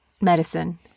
medicine